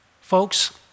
folks